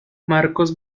marcos